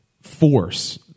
force